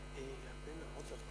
אדוני היושב-ראש, חברי הכנסת,